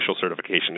certification